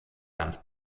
ganz